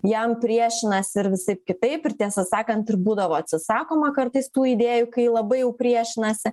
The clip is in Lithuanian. jam priešinasi ir visaip kitaip ir tiesą sakant ir būdavo atsisakoma kartais tų idėjų kai labai jau priešinasi